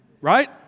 Right